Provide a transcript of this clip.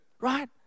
Right